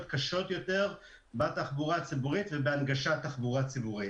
קשות יותר בתחבורה הציבורית ובהנגשת תחבורה ציבורית,